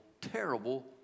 terrible